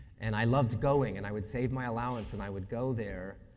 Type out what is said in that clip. and i loved going. and i would save my allowance, and i would go there,